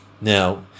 Now